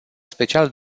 special